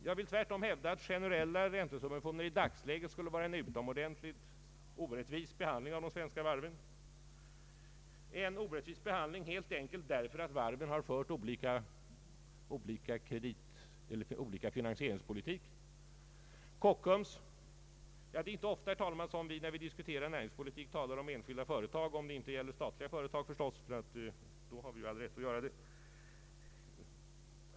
Jag vill tvärtom hävda att genereila räntesubventioner i dagens läge skulle vara en utomordentligt orättvis behandling av de svenska varven — en orättvis behandling helt enkelt därför att varven fört olika finansieringspolitik. Det är inte ofta, herr talman, som vi när vi diskuterar näringspolitik talar om enskilda företag — om det gäller statliga företag, då har vi ju all rätt att göra det.